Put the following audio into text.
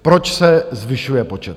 Proč se zvyšuje počet.